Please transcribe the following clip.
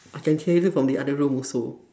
I can hear you from the other room also